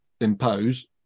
impose